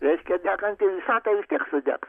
reiškia deganti visata vis tiek sudegs